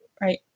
Right